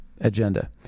agenda